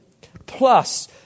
Plus